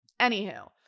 Anywho